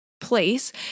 place